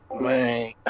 Man